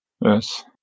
Yes